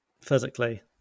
physically